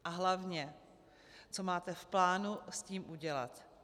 A hlavně, co máte v plánu s tím udělat?